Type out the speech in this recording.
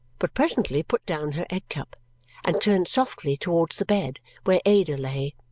but presently put down her egg-cup and turned softly towards the bed where ada lay.